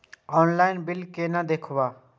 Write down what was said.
Online bill केना देखब?